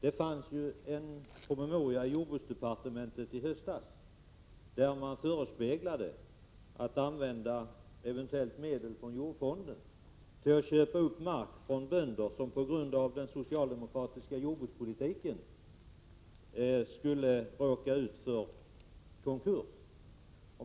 En promemoria från jordbruksdepartementet i höstas förespeglade att man eventuellt kunde använda medel från jordfonden till att köpa upp mark från bönder, som på grund av den socialdemokratiska jordbrukspolitiken skulle råka ut för konkurs.